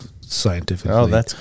scientifically